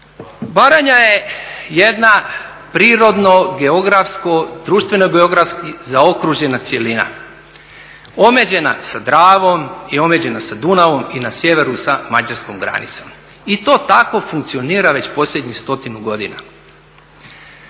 Baranja je jedna prirodno geografsko, društveno geografski zaokružena cjelina omeđena sa Dravom, i omeđena sa Dunavom i na sjeveru sa mađarskom granicom i to tako funkcionira već posljednjih stotinu godinu.